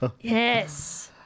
Yes